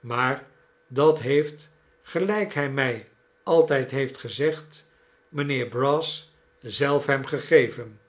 maar dat heeft gelijk hij mij altijd heeft gezegd imjnheer brass zelf hem gegeven